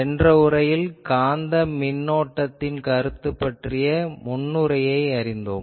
சென்ற உரையில் காந்த மின்னோட்டத்தின் கருத்து பற்றிய முன்னுரையை அறிந்தோம்